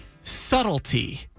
subtlety